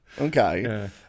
Okay